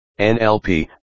NLP